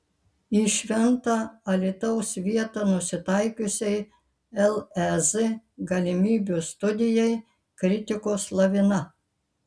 į šventą alytaus vietą nusitaikiusiai lez galimybių studijai kritikos lavina